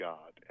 God